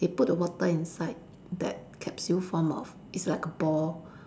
they put the water inside that capsule form of it's like a ball